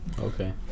Okay